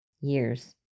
Years